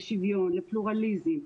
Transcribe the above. לשוויון לפלורליזם,